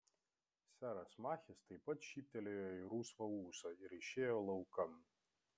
seras machis taip pat šyptelėjo į rusvą ūsą ir išėjo laukan